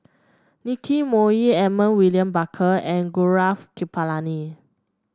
Nicky Moey Edmund William Barker and Gaurav Kripalani